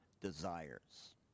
desires